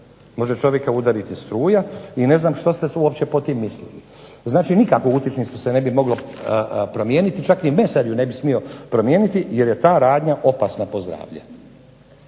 može čovjeka udariti struja i ne znam što ste uopće pod tim mislili. Znači nikakvu utičnicu se ne bi moglo promijeniti, čak ni mesar ju ne bi smio promijeniti jer je ta radnja opasna po zdravlje.